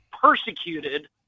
persecuted